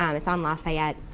um it's on lafayette.